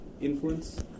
influence